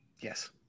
Yes